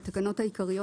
בתקנות העיקריות,